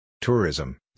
Tourism